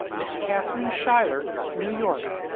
miss katharine schuyler, new york.